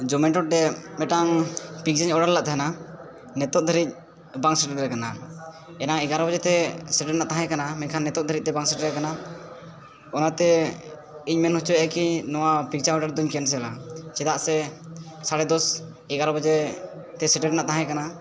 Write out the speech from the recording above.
ᱡᱚᱢᱮᱴᱳ ᱴᱷᱮᱱ ᱢᱤᱫᱴᱟᱝ ᱯᱤᱡᱡᱟᱧ ᱚᱰᱟᱨ ᱞᱮᱫ ᱛᱟᱦᱮᱱᱟ ᱱᱤᱛᱚᱜ ᱫᱷᱟᱨᱤᱡ ᱵᱟᱝ ᱥᱮᱴᱮᱨᱟᱠᱟᱱᱟ ᱮᱱᱟᱝ ᱮᱜᱟᱨᱚ ᱵᱟᱡᱮᱛᱮ ᱥᱮᱴᱮᱨ ᱨᱮᱱᱟᱜ ᱛᱟᱦᱮᱸ ᱠᱟᱱᱟ ᱢᱮᱱᱠᱷᱟᱱ ᱱᱤᱛᱚᱜ ᱫᱷᱟᱨᱤᱡ ᱛᱮ ᱵᱟᱝ ᱥᱮᱴᱮᱨᱟᱠᱟᱱᱟ ᱚᱱᱟᱛᱮ ᱤᱧ ᱢᱮᱱᱦᱚᱪᱚᱭᱮᱫᱼᱟ ᱠᱤ ᱱᱚᱣᱟ ᱯᱤᱡᱡᱟ ᱚᱰᱟᱨ ᱫᱚᱧ ᱠᱮᱱᱥᱮᱞᱟ ᱪᱮᱫᱟᱜ ᱥᱮ ᱥᱟᱲᱮ ᱫᱚᱥ ᱮᱜᱟᱨᱚ ᱵᱟᱡᱮ ᱛᱮ ᱥᱮᱴᱮᱨ ᱨᱮᱱᱟᱜ ᱛᱟᱦᱮᱸ ᱠᱟᱱᱟ